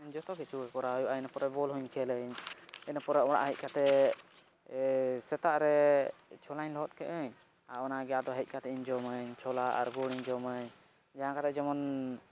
ᱡᱚᱛᱚ ᱠᱤᱪᱷᱩ ᱜᱮ ᱠᱚᱨᱟᱣ ᱦᱩᱭᱩᱜᱼᱟ ᱤᱱᱟᱹᱯᱚᱨᱮ ᱵᱚᱞ ᱦᱚᱸᱧ ᱠᱷᱮᱹᱞᱟᱹᱧ ᱤᱱᱟᱹᱯᱚᱨᱮ ᱚᱲᱟᱜ ᱦᱮᱡᱽ ᱠᱟᱛᱮᱫ ᱥᱮᱛᱟᱜ ᱨᱮ ᱪᱷᱚᱞᱟᱧ ᱞᱚᱦᱚᱫ ᱠᱟᱜᱼᱟᱹᱧ ᱟᱨ ᱚᱱᱟ ᱜᱮ ᱟᱫᱚ ᱦᱮᱡᱽ ᱠᱟᱛᱮᱫ ᱤᱧ ᱡᱚᱢᱟᱹᱧ ᱪᱷᱚᱞᱟ ᱟᱨ ᱜᱩᱲᱤᱧ ᱡᱚᱢᱟᱹᱧ ᱡᱟᱦᱟᱸ ᱠᱟᱛᱮᱫ ᱡᱮᱢᱚᱱ